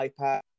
iPad